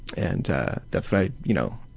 and that's what i, you know,